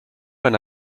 when